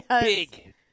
Big